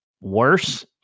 worse